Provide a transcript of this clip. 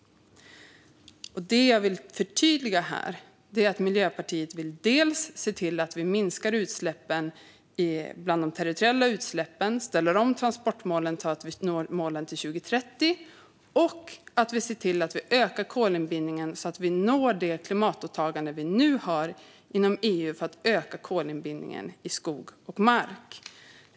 Det jag vill förtydliga här är att Miljöpartiet vill att vi minskar de territoriella utsläppen, ställer om transportmålen så att vi når målen till 2030 och ser till att öka kolinbindningen så att vi uppfyller det klimatåtagande vi nu har inom EU för att öka kolinbindningen i skog och mark.